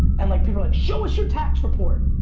and like people are like show us your tax report,